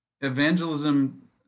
Evangelism